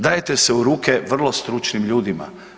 Dajete se u ruke vrlo stručnim ljudima.